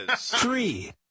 Three